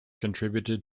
contributed